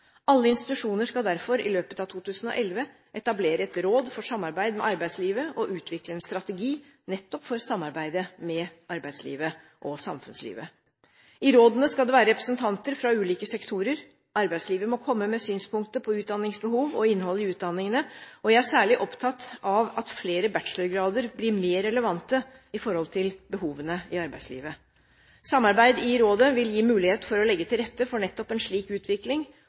Alle institusjoner skal derfor i løpet av 2011 etablere et råd for samarbeid med arbeidslivet og utvikle en strategi nettopp for samarbeidet med arbeidslivet og samfunnslivet. I rådene skal det være representanter fra ulike sektorer. Arbeidslivet må komme med synspunkt på utdanningsbehov og innholdet i utdanningene. Jeg er særlig opptatt av at flere bachelor-grader blir mer relevante sett i forhold til behovene i arbeidslivet. Samarbeid i rådet vil gi mulighet for å legge til rette for nettopp en slik utvikling,